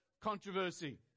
controversy